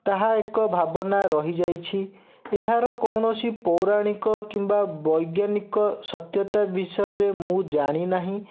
ତାହା ଏକ ଭାବନା ରହିଯାଇଛି ଏହାର କୌଣସି ପୌରାଣିକ କିମ୍ବା ବୈଜ୍ଞାନିକ ସତ୍ୟତା ବିଷୟରେ ମୁଁ ଜାଣିନାହିଁ